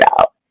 out